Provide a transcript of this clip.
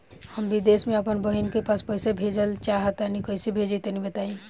हम विदेस मे आपन बहिन के पास पईसा भेजल चाहऽ तनि कईसे भेजि तनि बताई?